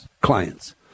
clients